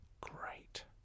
Great